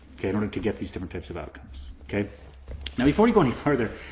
okay, in order to get these different types of outcomes. okay? now before we go any further,